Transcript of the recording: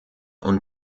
und